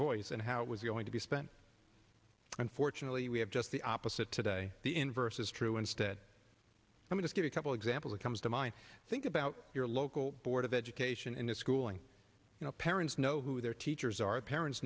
voice and how it was going to be spent unfortunately we have just the opposite today the inverse is true instead let's get a couple example that comes to mind think about your local board of education in this schooling you know parents know who their teachers are parents